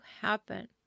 happen